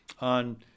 on